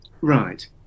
Right